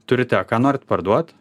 turite ką norit parduot